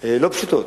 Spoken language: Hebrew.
לא פשוטות.